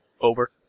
over